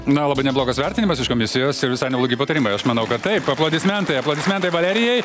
na labai neblogas vertinimas iš komisijos ir visai neblogi patarimai aš manau kad taip aplodismentai aplodismentai valerijai